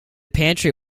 pantry